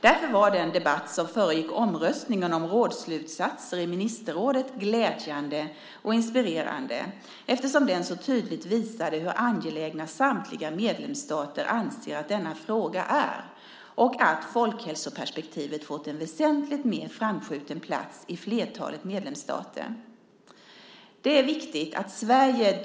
Därför var den debatt som föregick omröstningen om rådsslutsatserna i ministerrådet glädjande och inspirerande, eftersom den så tydligt visade hur angelägen samtliga medlemsstater anser att denna fråga är och att folkhälsoperspektivet fått en väsentligt mer framskjuten plats i flertalet medlemsstater. Det är viktigt att Sverige